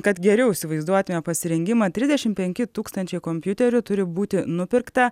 kad geriau įsivaizduotume pasirengimą trisdešimt penki tūkstančiai kompiuterių turi būti nupirkta